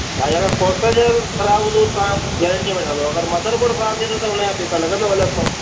भाई अगरि प्रोसेजर ख़राबु हूंदो तव्हांजो गैरंटीअ में ठहंदो अगरि मदर बोड ख़राबु थींदो त हुनजा पैसा लॻंदव अलॻि सां